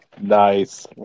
Nice